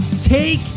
Take